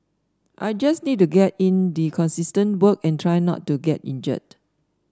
I just need to get in the consistent work and try not to get injured